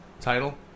title